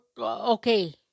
okay